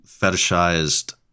fetishized